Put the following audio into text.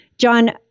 John